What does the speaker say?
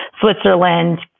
Switzerland